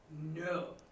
No